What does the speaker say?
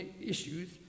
issues